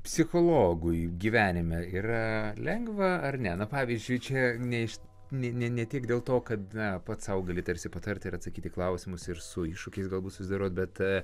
psichologui gyvenime yra lengva ar ne na pavyzdžiui čia ne iš ne ne tik dėl to kad na pats sau gali tarsi patarti ir atsakyti į klausimus ir su iššūkiais galbūt susidorot bet